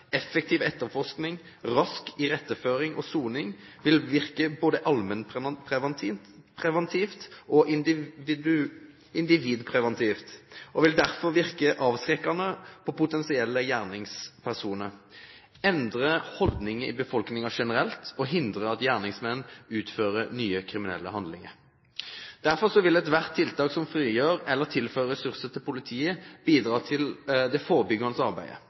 effektiv etterforskning, raskt iretteføring og soning vil virke både allmennpreventivt og individpreventivt. Det vil dermed virke avskrekkende på potensielle gjerningspersoner, endre holdninger i befolkningen generelt og hindre at gjerningsmenn utfører nye kriminelle handlinger. Derfor vil ethvert tiltak som frigjør eller tilfører ressurser til politiet, bidra til det forebyggende arbeidet,